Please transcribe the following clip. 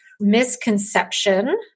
misconception